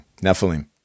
Nephilim